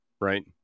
right